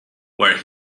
where